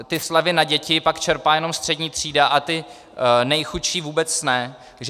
Ty slevy na děti pak čerpá jenom střední třída a ti nejchudší vůbec ne.